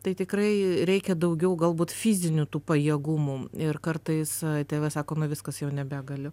tai tikrai reikia daugiau galbūt fizinių tų pajėgumų ir kartais tėvai sako nu viskas jau nebegaliu